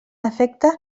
efecte